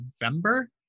November